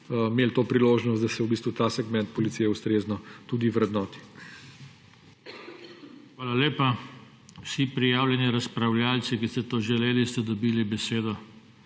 imeli to priložnost, da se v bistvu ta segment policije ustrezno tudi vrednoti. PODPREDSEDNIK JOŽE TANKO: Hvala lepa. Vsi prijavljeni razpravljavci, ki ste to želeli, ste dobili besedo.